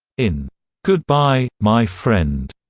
in goodbye, my friend,